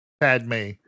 Padme